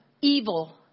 evil